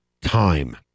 time